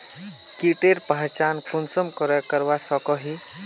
कीटेर पहचान कुंसम करे करवा सको ही?